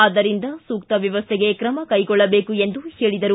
ಆದ್ದರಿಂದ ಸೂಕ್ತ ವ್ಯವಸ್ಟಿಗೆ ಕ್ರಮ ಕೈಗೊಳ್ಳಬೇಕು ಎಂದು ಹೇಳಿದರು